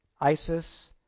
isis